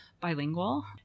bilingual